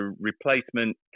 replacement